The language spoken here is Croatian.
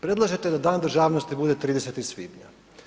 Predlažete da Dan državnosti bude 30. svibnja.